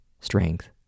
strength